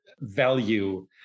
value